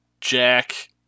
Jack